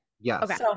Yes